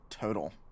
total